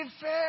fair